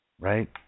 right